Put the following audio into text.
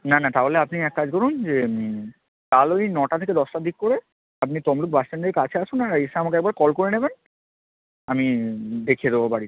না না তাহলে আপনি এক কাজ করুন যে তাহলে ওই নটা থেকে দশটার দিক করে আপনি তমলুক বাস স্ট্যান্ডের কাছে আসুন আর এসে আমাকে একবার কল করে নেবেন আমি দেখিয়ে দেবো বাড়িটা